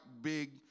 big